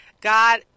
God